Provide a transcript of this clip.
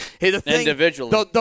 Individually